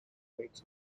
makes